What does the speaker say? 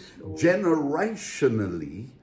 generationally